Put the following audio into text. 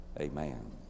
amen